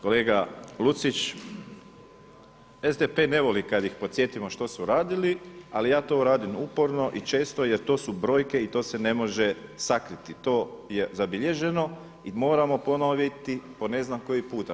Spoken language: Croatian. Kolega Lucić, SDP ne voli kada ih podsjetimo što su radili, ali ja to radim uporno i često jer to su brojke i to se ne može sakriti, to je zabilježeno i moramo ponoviti po ne znam koji puta.